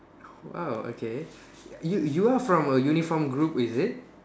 !wow! okay you you are from a uniform group is it